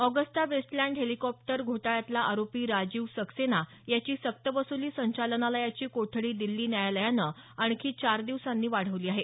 Agusta Westland helicopter घोटाळ्यातला आरोपी राजीव सक्सेना याची सक्त वसुली संचालनायाची कोठडी दिल्ली न्यायालयानं आणखी चार दिवसांनी वाढवली आहे